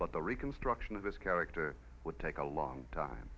but the reconstruction of his character would take a long time